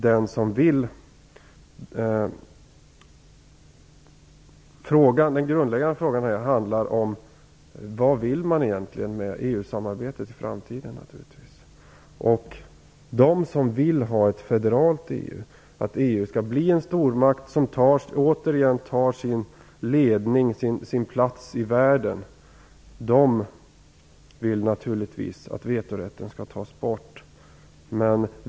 Den grundläggande frågan handlar givetvis om vad man egentligen vill med EU-samarbetet i framtiden. De som vill ha ett federalt EU, att EU skall bli en stormakt och få en ledande plats i världen, vill naturligtvis att vetorätten skall tas bort.